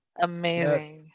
Amazing